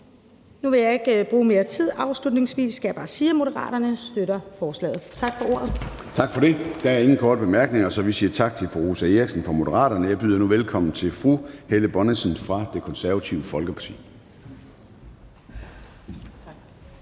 Nu vil jeg ikke bruge mere tid, så afslutningsvis skal jeg bare sige, at Moderaterne støtter forslaget. Tak for ordet. Kl. 09:18 Formanden (Søren Gade): Tak for det. Der er ingen korte bemærkninger, så vi siger tak til fru Rosa Eriksen fra Moderaterne. Jeg byder nu velkommen til fru Helle Bonnesen fra Det Konservative Folkeparti.